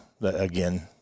again